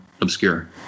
obscure